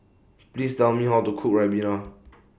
Please Tell Me How to Cook Ribena